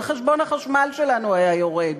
וחשבון החשמל שלנו היה יורד.